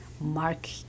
mark